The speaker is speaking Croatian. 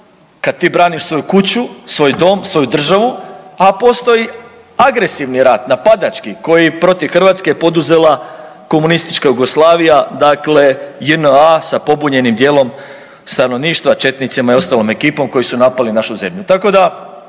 kad ti braniš svoju kuću, svoj dom, svoju državu, a postoji agresivni rat, napadački koji je protiv Hrvatske poduzela komunistička Jugoslavija, dakle JNA sa pobunjenim dijelom stanovništva, četnicima i ostalom ekipom koji su napali našu zemlju.